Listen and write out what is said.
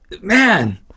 man